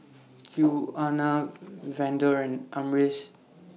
Quiana Vander and Amaris